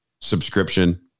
subscription